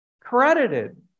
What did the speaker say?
credited